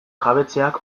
jabetzeak